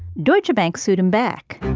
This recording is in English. deutsche bank sued him back.